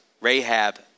Rahab